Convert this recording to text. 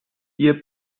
ihr